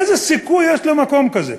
איזה סיכוי יש למקום כזה?